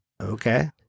Okay